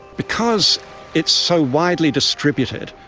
because it's so widely distributed,